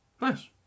Nice